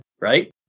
right